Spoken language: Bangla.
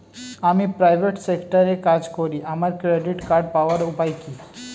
আমি প্রাইভেট সেক্টরে কাজ করি আমার ক্রেডিট কার্ড পাওয়ার উপায় কি?